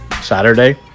Saturday